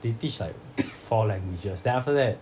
they teach like four languages then after that